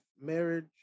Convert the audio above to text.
marriage